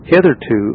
Hitherto